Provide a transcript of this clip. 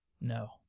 no